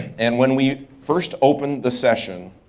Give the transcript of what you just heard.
and when we first opened the session,